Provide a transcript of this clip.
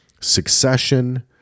Succession